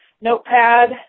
notepad